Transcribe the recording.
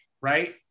right